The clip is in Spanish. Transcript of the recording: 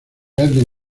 alguien